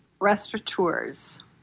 restaurateurs